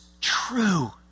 true